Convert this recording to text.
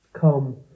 Come